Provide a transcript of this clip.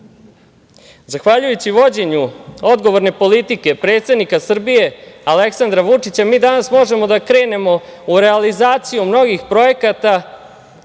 gradova. Zahvaljujući vođenju odgovorne politike predsednika Srbije, Aleksandra Vučića, mi danas možemo da krenemo u realizaciju mnogih projekata